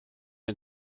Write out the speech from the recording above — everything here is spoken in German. den